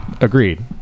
agreed